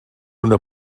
una